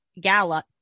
gala